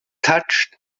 touched